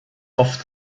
oft